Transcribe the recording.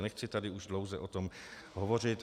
Nechci tady už dlouze o tom hovořit.